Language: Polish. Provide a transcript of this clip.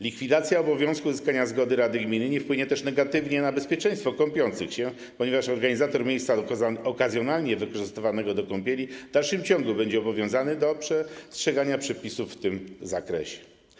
Likwidacja obowiązku uzyskania zgody rady gminy nie wpłynie negatywnie na bezpieczeństwo kąpiących się, ponieważ organizator miejsca okazjonalnie wykorzystywanego do kąpieli w dalszym ciągu będzie obowiązany do przestrzegania przepisów w tym zakresie.